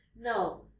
no